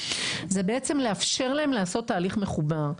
זה בעצם לאפשר להם לעשות תהליך מחובר.